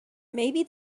maybe